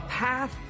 path